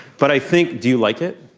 but i think. do you like it?